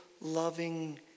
loving